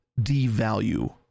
devalue